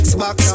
Xbox